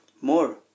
More